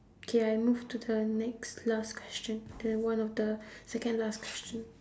okay I move to the next last question the one of the second last question